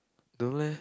don't leh